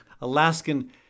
Alaskan